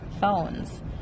phones